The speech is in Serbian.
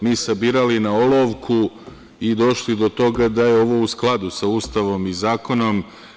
Mi smo sabirali na olovku i došli do toga da je ovo u skladu sa Ustavom i zakonom.